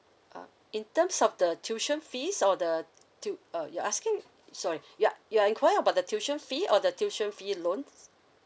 uh in terms of the tuition fees or the tui~ uh you're asking sorry you're you're enquiring about the tuition fee or the tuition fee loans